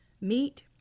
Meat